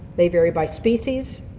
they vary by species,